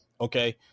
Okay